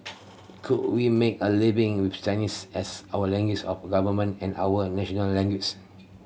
could we make a living with Chinese as our languages of government and our national languages